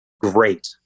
great